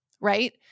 right